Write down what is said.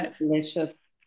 delicious